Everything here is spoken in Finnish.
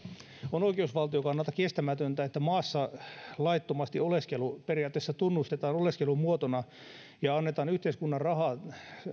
on oikeusvaltion kannalta kestämätöntä että maassa laittomasti oleskelu periaatteessa tunnustetaan oleskelun muotona ja annetaan yhteiskunnan rahaa